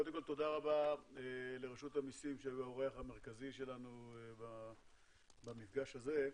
קודם כל תודה רבה לרשות המיסים שהיו האורח המרכזי שלנו במפגש הזה.